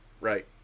Right